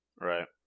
Right